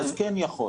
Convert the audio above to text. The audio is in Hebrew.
אז הוא כן יכול.